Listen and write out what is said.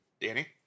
Danny